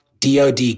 DOD